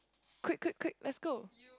quick quick quick let's go